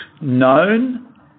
known